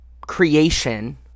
creation